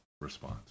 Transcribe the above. response